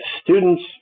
students